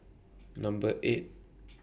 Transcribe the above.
Number eight